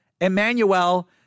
Emmanuel